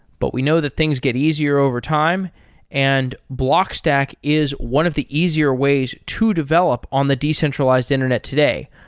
but we know that things get easier overtime and blockstack is one of the easier ways to develop on the decentralized internet today.